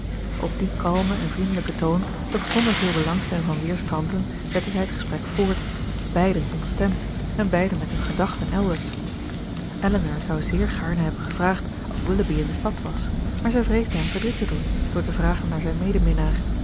op dien kalmen en vriendelijken toon doch zonder veel belangstelling van weerskanten zetten zij het gesprek voort beiden ontstemd en beiden met hun gedachten elders elinor zou zeer gaarne hebben gevraagd of willoughby in de stad was maar zij vreesde hem verdriet te doen door te vragen naar zijn